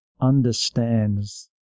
understands